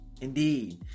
indeed